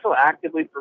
actively